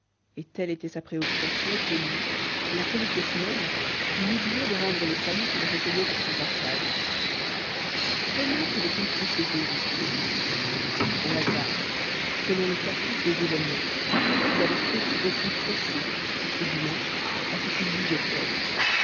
telle était sa préoccupation que lui la politesse même il oubliait de rendre les saluts qu'il recueillait sur son passage comment avait-il procédé jusqu'ici au hasard selon le caprice des événements il avait couru au plus pressé ou du moins à ce qu'il jugeait